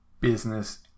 business